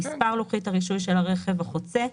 מספר לוחית הרישוי של הרכב החוצה,